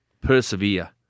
persevere